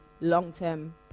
long-term